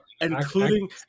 Including